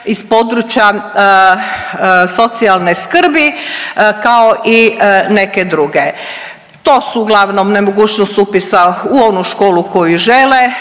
iz područja socijalne skrbi kao i neke druge, to su uglavnom nemogućnost upisa u onu školu koju žele,